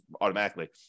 automatically